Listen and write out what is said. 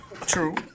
True